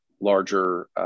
larger